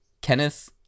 Kenneth